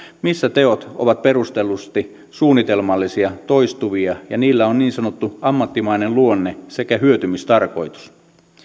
missä teot ovat perustellusti suunnitelmallisia ja toistuvia ja niillä on niin sanottu ammattimainen luonne sekä hyötymistarkoitus